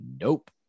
nope